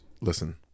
listen